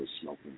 smoking